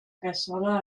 cassola